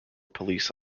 police